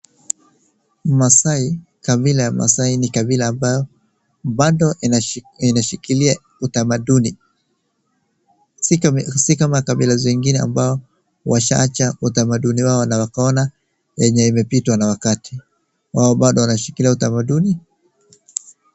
Maasai, kabila ya Maasai ni kabila ambayo bado inashikilia utamanduni si kama kabila zingine ambao washaaacha utamanduni wao na wakaona yenye imepitwa na wakati, wao bado wanashikilia utamanduni.